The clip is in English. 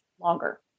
longer